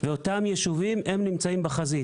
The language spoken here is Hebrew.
ואותם ישובים, הם נמצאים בחזית.